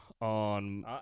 on